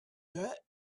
that